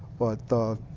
but the